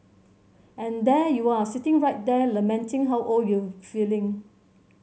and there you are sitting right there lamenting how old you feeling